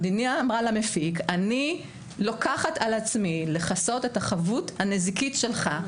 המדינה אמרה למפיק: אני לוקחת על עצמי לכסות את החבות הנזיקית שלך,